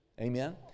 Amen